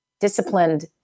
disciplined